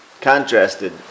contrasted